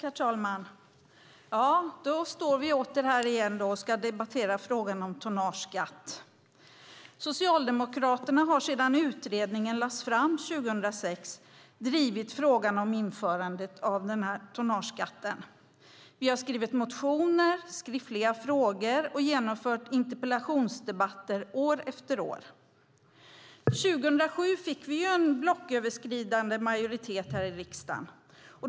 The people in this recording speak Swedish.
Herr talman! Nu står vi här återigen och ska debattera frågan om tonnageskatt. Socialdemokraterna har sedan utredningen lades fram 2006 drivit frågan om införandet av en tonnageskatt. Vi har skrivit motioner, lämnat in skriftliga frågor och genomfört interpellationsdebatter år efter år. År 2007 fick vi en blocköverskridande majoritet här i riksdagen.